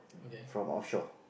from offshore